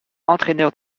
entraîneur